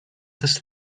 this